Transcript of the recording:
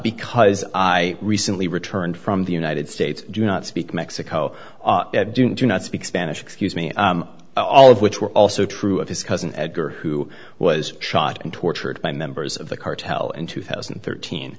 because i recently returned from the united states do not speak mexico do not speak spanish excuse me all of which were also true of his cousin edgar who was shot and tortured by members of the cartel in two thousand and thirteen